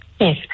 Yes